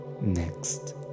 next